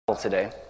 today